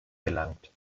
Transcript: gelangt